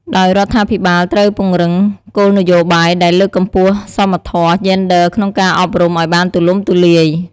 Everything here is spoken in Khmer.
ដោយរដ្ឋាភិបាលត្រូវពង្រឹងគោលនយោបាយដែលលើកកម្ពស់សមធម៌យេនឌ័រក្នុងការអប់រំអោយបានទូលំទូលាយ។